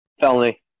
Felony